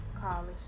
college